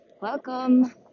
welcome